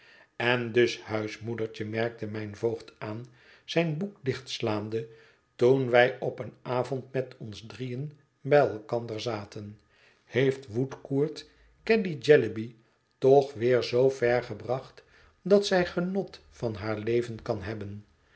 en dus huismoedertje merkte mijn voogd aan zijn boek dichtslaande toen wij op een avond met ons drieën bij elkander zaten heeft woodcourt caddy jellyby toch weer zoo ver gebracht dat zij genot van haar leven kan hebben